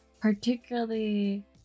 particularly